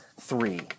three